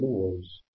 2 volts